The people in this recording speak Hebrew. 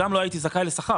לא הייתי זכאי לשכר.